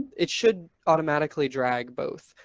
it should automatically drag both.